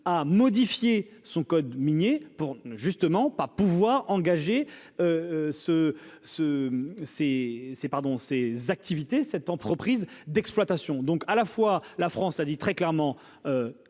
a modifié son code minier pour justement pas pouvoir engager ce ce ces ces pardon ses activités cette entreprise d'exploitations donc à la fois la France a dit très clairement